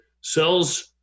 cells